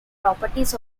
properties